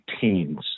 teens